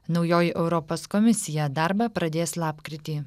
naujoji europos komisija darbą pradės lapkritį